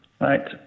Right